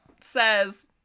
says